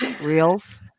reels